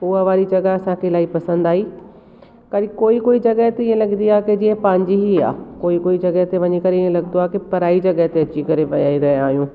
उहा वारी जॻह असांखे इलाही पसंदि आई वरी कोई कोई जॻह त ईअं लॻंदी आहे की जीअं पंहिंजी ही आहे कोई कोई जॻह ते वञी करे ईअं लॻंदो आहे कि पराई जॻह ते अची करे वेही रहिया आहियूं